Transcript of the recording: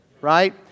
right